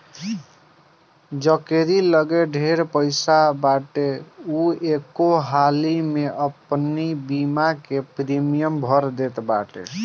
जकेरी लगे ढेर पईसा बाटे उ एके हाली में अपनी बीमा के प्रीमियम भर देत बाटे